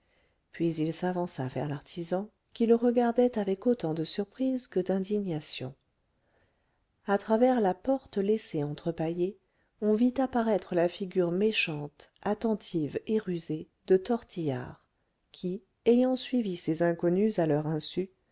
puis il s'avança vers l'artisan qui le regardait avec autant de surprise que d'indignation à travers la porte laissée entrebâillée on vit apparaître la figure méchante attentive et rusée de tortillard qui ayant suivi ces inconnus à leur insu